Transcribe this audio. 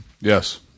Yes